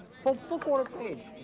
full full quarter-page.